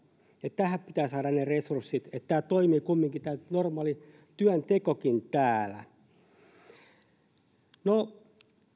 tähän pitää saada ne resurssit että kumminkin tämä normaali työntekokin toimii täällä no